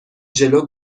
جلو